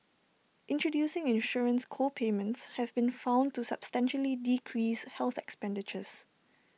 introducing insurance co payments have been found to substantially decrease health expenditures